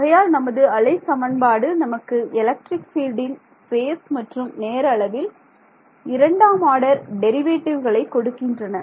ஆகையால் நமது அலைச் சமன்பாடு நமக்கு எலக்ட்ரிக் பீல்டின் ஸ்பேஸ் மற்றும் நேர அளவில் இரண்டாம் ஆர்டர் டெரிவேட்டிவ்களை கொடுக்கின்றன